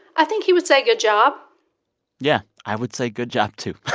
i think he would say, good job yeah. i would say good job, too.